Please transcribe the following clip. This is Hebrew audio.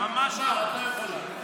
עשר דקות?